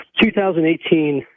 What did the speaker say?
2018